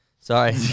sorry